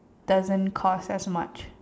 doesn't cost as much